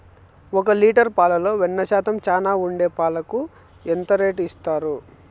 ఒక లీటర్ పాలలో వెన్న శాతం చానా ఉండే పాలకు ఎంత చానా రేటు ఇస్తారు?